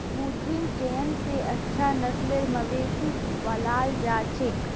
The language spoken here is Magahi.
कृत्रिम चयन स अच्छा नस्लेर मवेशिक पालाल जा छेक